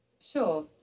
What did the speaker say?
Sure